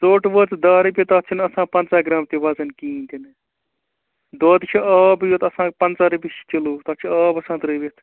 ژھوٚٹ وٲژ داہ رۄپیہِ تَتھ چھنہٕ آسان پَنٛژاہ گرام تہِ وَزَن کِہیٖنۍ تِنہٕ دۄد چھِ آبٕے یوت آسان پَنٛژاہ رۄپیہِ چھِ کِلوٗ تَتھ چھِ آب آسان ترٲوِتھ